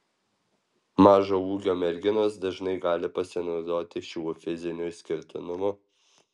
mažo ūgio merginos dažnai gali pasinaudoti šiuo fiziniu išskirtinumu